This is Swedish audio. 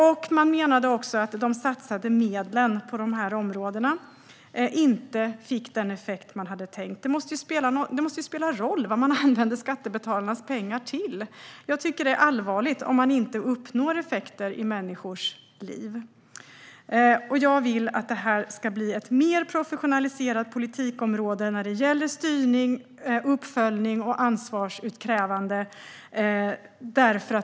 De menade att de satsade medlen på områdena inte fick den tänkta effekten. Det måste spela roll vad man använder skattebetalarnas pengar till. Det är allvarligt om man inte uppnår effekter i människors liv. Jag vill att detta ska bli ett mer professionaliserat politikområde när det gäller styrning, uppföljning och ansvarsutkrävande.